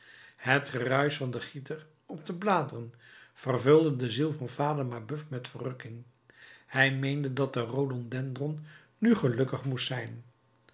het geruisch van den gieter op de bladeren vervulde de ziel van vader mabeuf met verrukking hij meende dat de rhododendron nu gelukkig moest zijn